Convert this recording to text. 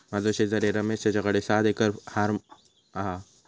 माझो शेजारी रमेश तेच्याकडे सात एकर हॉर्म हा